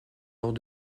lors